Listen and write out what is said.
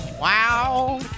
wow